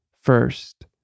First